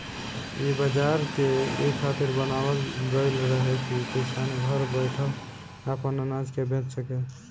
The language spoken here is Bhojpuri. इ बाजार के इ खातिर बनावल गईल रहे की किसान घर बैठल आपन अनाज के बेचा सके